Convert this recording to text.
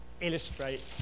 illustrate